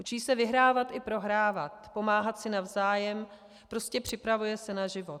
Učí se vyhrávat i prohrávat, pomáhat si navzájem, prostě připravuje se na život.